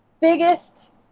biggest